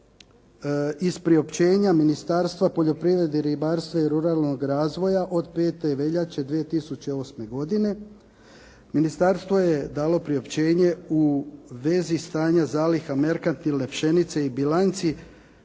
iz priopćenja Ministarstva poljoprivrede, ribarstva i ruralnog razvoja od 5. veljače 2008. godine, ministarstvo je dalo priopćenje u vezi stanja zaliha merkantilne pšenice i bilanci